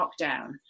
lockdown